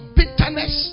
bitterness